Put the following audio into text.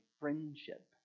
friendship